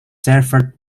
served